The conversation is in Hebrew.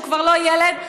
שהוא כבר לא ילד,